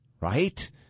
Right